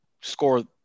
score